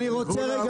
אנחנו חוזרים על זה